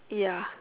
ya